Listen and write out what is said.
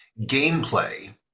gameplay